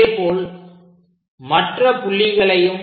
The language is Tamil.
அதேபோல் மற்ற புள்ளிகளையும்